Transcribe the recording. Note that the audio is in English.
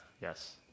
Yes